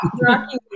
Rocky